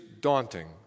daunting